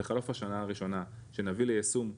בחלוף השנה הראשונה שנביא ליישום,